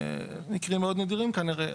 מקרים מאוד נדירים כנראה,